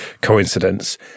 coincidence